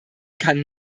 kann